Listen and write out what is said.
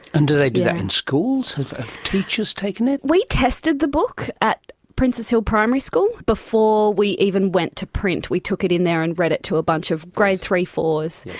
and do they do that in schools? have teachers taken it? we tested the book at princes hill primary school before we even went to print. we took it in there and read it to a bunch of grade three four s,